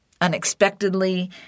unexpectedly